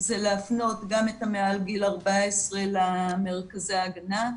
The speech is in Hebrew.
זה להפנות גם את אלה שמעל גיל 14 למרכזי ההגנה.